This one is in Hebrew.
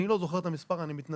אני לא זוכר את המספר, אני מתנצל.